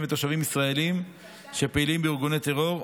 ותושבים ישראלים שפעילים בארגוני טרור,